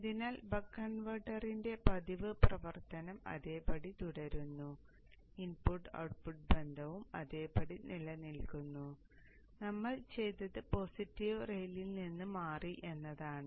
അതിനാൽ ബക്ക് കൺവെർട്ടറിന്റെ പതിവ് പ്രവർത്തനം അതേപടി തുടരുന്നു ഇൻപുട്ട് ഔട്ട്പുട്ട് ബന്ധവും അതേപടി നിലനിൽക്കുന്നു നമ്മൾ ചെയ്തത് പോസിറ്റീവ് റെയിലിൽ നിന്ന് മാറി എന്നതാണ്